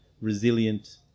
resilient